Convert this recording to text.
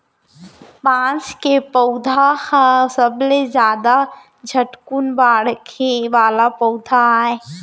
बांस के पउधा ह सबले जादा झटकुन बाड़हे वाला पउधा आय